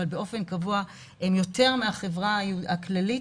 אבל באופן קבוע הם יותר מהחברה הכללית,